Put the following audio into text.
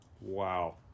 Wow